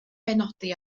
benodi